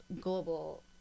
global